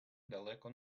далеко